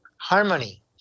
harmony